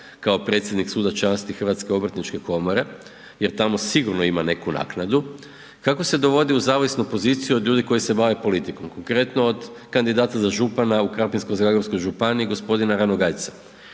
kao predsjednik Suda časti HOK-a jer tamo sigurno ima neku naknadu, kako se dovodi u zavisnu poziciju od ljudi koji se bave politikom? Konkretno, od kandidata za župana u Krapinsko-zagorskog županiji g. Ranogajca.